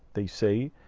they say,